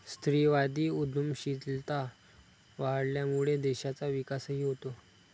स्त्रीवादी उद्यमशीलता वाढल्यामुळे देशाचा विकासही होतो